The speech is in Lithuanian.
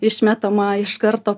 išmetama iš karto